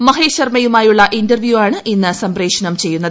മഹേഷ് ശർമ്മയുമായുള്ള ഇന്റർവ്യൂ ആണ് ഇന്ന് സംപ്രേഷണം ചെയ്യുന്നു